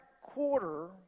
quarter